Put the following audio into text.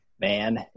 Man